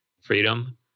freedom